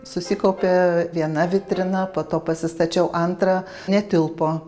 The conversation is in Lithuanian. susikaupia viena vitrina po to pasistačiau antrą netilpo